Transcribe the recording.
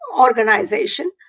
organization